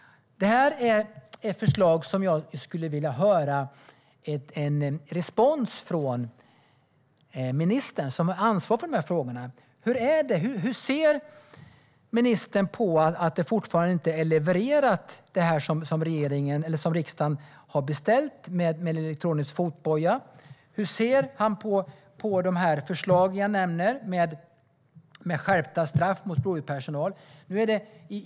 Det här är förslag som jag skulle vilja få respons på från ministern som är ansvarig för de här frågorna. Hur ser ministern på att det här med elektronisk fotboja som riksdagen har beställt fortfarande inte är levererat? Hur ser han på förslagen jag nämner om skärpta straff för brott mot blåljuspersonal?